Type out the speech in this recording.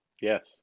Yes